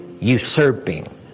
usurping